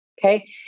okay